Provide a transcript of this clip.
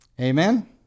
Amen